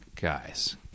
guys